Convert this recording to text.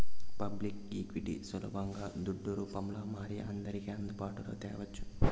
public ఈక్విటీని సులబంగా దుడ్డు రూపంల మారి అందర్కి అందుబాటులో తేవచ్చు